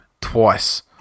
twice